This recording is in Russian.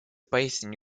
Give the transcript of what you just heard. поистине